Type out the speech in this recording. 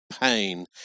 pain